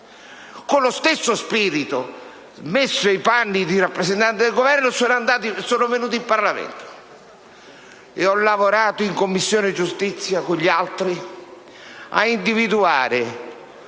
Con lo stesso spirito, smessi i panni di rappresentante del Governo, sono venuto in Parlamento e ho lavorato in Commissione giustizia con gli altri senatori